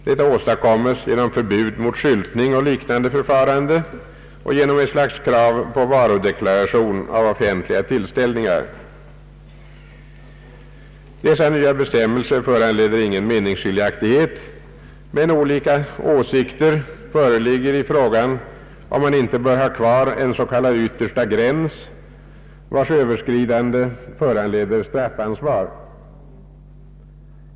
Detta åstadkommes genom förbud mot skyltning och liknande förfarande och genom ett slags krav på varudeklaration av offentliga tillställningar. Dessa nya bestämmelser föranleder ingen meningsskiljaktighet, men olika åsikter föreligger i frågan om man inte bör ha kvar en s.k. yttersta gräns, vars överskridande föranleder straffansvar.